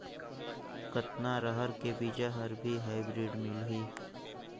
कतना रहर के बीजा हर भी हाईब्रिड मिलही?